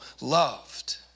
loved